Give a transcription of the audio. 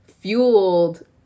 fueled